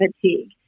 fatigue